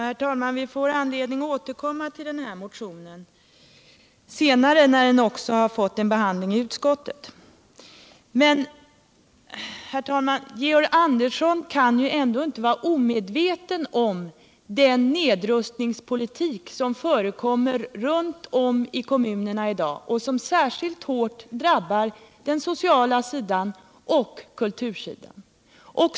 Herr talman! Vi får anledning att återkomma till den här motionen senare, när den också har fått en behandling i utskottet. Men, herr talman, Georg Andersson kan ändå inte vara omedveten om den nedrustningspolitik som förekommer runt om i kommunerna och som särskilt hårt drabbar den sociala sidan och kultursidan.